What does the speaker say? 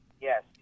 Yes